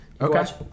Okay